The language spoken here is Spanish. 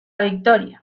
victoria